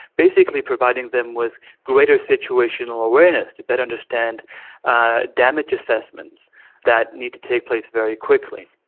basically providing them with greater situational awareness to better understand ah damage assessments that need to take place very quickly.